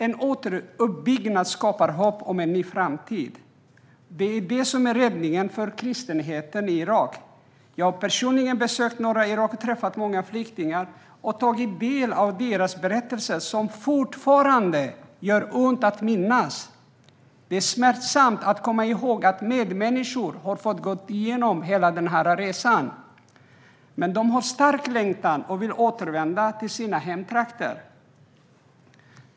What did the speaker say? En återuppbyggnad skapar hopp om en ny framtid. Det är det som är räddningen för kristenheten i Irak. Jag har personligen besökt norra Irak och träffat många flyktingar och tagit del av deras berättelser som fortfarande gör ont att minnas. Det är smärtsamt att komma ihåg att medmänniskor har fått gå igenom hela den här resan. Men de har en stark längtan och vill återvända till sina hemtrakter.